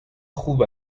خوب